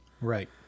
Right